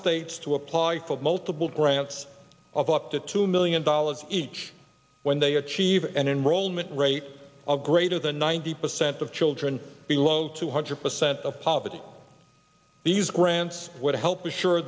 states to apply for multiple grants of up to two million dollars each when they achieve an enrollment rate of greater than ninety percent of children below two hundred percent of poverty these grants would help